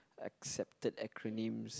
accepted acronyms